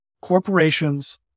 corporations